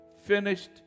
finished